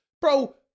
bro